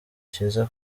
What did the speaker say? cyiza